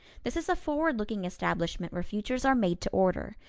this is a forward-looking establishment where futures are made to order.